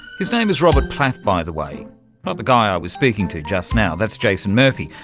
his name is robert plath, by the way. not the guy i was speaking to just now, that's jason murphy,